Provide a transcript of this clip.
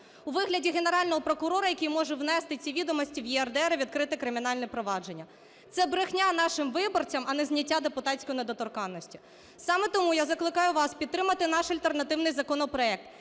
у вигляді Генерального прокурора, який зможе внести ці відомості в ЄРДР і відкрити кримінальне провадження? Це брехня нашим виборцям, а не зняття депутатської недоторканності. Саме тому я закликаю вас підтримати наш альтернативний законопроект,